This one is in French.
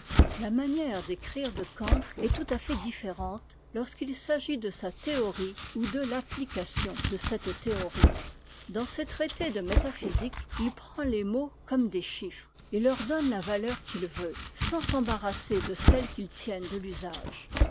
la manière d'écrire de kant est tout à fait différente lorsqu'il s'agit de sa théorie ou de l'application de cette théorie dans ses traités de métaphysique il prend les mots comme des chiffres et leur donne la valeur qu'il veut sans s'embarrasser de celle qu'ils tiennent de l'usage